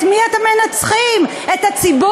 את מי אתם מנצחים, את הציבור?